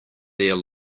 there